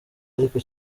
ariko